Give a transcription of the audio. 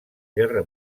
guerra